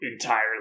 entirely